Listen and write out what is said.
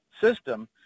system